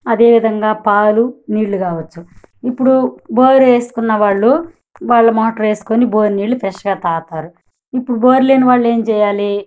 అదేవిధంగా పాలు నీళ్ళు కావచ్చు ఇప్పుడు బోరు వేసుకున్న వాళ్ళు వాళ్ళ మోటర్ వేసుకొని బోర్ నీళ్ళు ఫ్రెష్గా తాగుతారు ఇప్పుడు బోర్ లేని వాళ్ళు ఏం చేయాలి